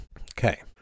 Okay